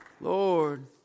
lord